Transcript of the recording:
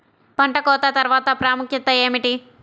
పంట కోత తర్వాత ప్రాముఖ్యత ఏమిటీ?